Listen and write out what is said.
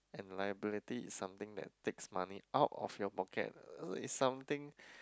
and liability is something that takes money out of your pocket uh it's something